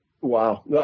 Wow